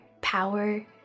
power